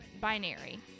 binary